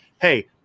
hey